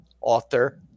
author